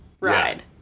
ride